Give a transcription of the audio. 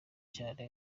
cyane